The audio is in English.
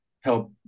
help